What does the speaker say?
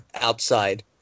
outside